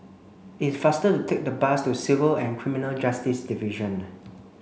it's faster to take the bus to Civil and Criminal Justice Division